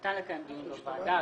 ניתן לקיים דיון בוועדה.